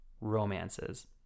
romances